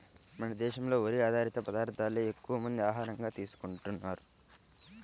మన దేశంలో వరి ఆధారిత పదార్దాలే ఎక్కువమంది ఆహారంగా తీసుకుంటన్నారు